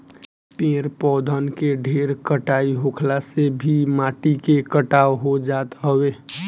पेड़ पौधन के ढेर कटाई होखला से भी माटी के कटाव हो जात हवे